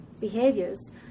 behaviors